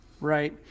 Right